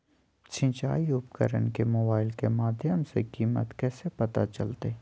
सिंचाई उपकरण के मोबाइल के माध्यम से कीमत कैसे पता चलतय?